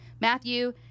Matthew